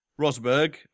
Rosberg